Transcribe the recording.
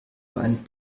ein